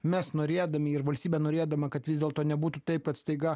mes norėdami ir valstybė norėdama kad vis dėlto nebūtų taip kad staiga